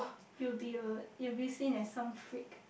you'll be a you'll be seen as some freak